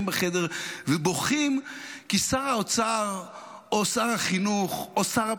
בחדר ובוכים כי שר האוצר או שר החינוך או שר,